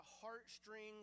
heartstrings